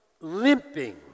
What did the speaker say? limping